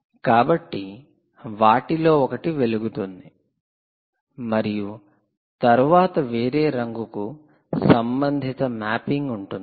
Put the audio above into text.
కాబట్టి వాటిలో ఒకటి వెలుగుతుంది మరియు తరువాత వేరే రంగుకు సంబంధిత మ్యాపింగ్ ఉంటుంది